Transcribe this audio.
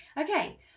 Okay